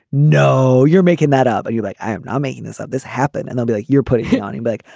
no you're making that up are you like i am not making this up. this happen and i'll be like you're putting on and back.